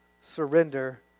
surrender